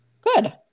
Good